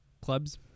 clubs